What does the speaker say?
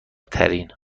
ترین